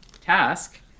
task